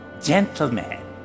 Gentlemen